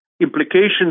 Implications